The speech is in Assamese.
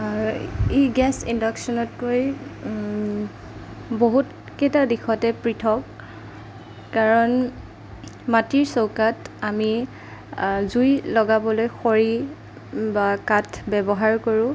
ই গেছ ইণ্ডাকচনতকৈ বহুতকেইটা দিশতে পৃথক কাৰণ মাটিৰ চৌকাত আমি জুই লগাবলৈ খৰি বা কাঠ ব্যৱহাৰ কৰোঁ